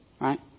right